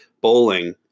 bowling